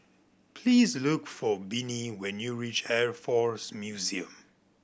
please look for Bennie when you reach Air Force Museum